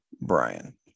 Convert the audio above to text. Brian